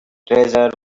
treasure